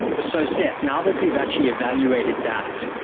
so, seth, now that we've actually evaluated that,